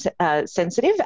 sensitive